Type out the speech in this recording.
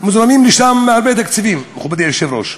מוזרמים לשם הרבה תקציבים, מכובדי היושב-ראש,